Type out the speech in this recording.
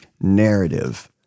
narrative